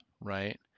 right